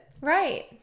Right